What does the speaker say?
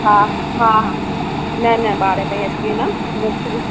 हा हा न न ॿारहें ताईं अची वेंदमि